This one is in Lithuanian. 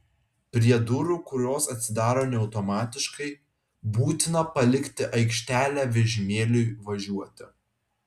prie durų kurios atsidaro ne automatiškai būtina palikti aikštelę vežimėliui važiuoti